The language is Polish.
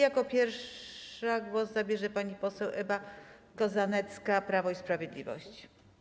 Jako pierwsza głos zabierze pani poseł Ewa Kozanecka, Prawo i Sprawiedliwość.